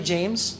James